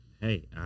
Hey